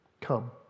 Come